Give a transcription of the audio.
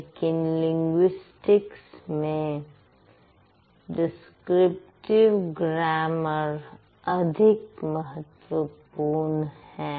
लेकिन लिंग्विस्टिक्स में descriptive grammar अधिक महत्वपूर्ण है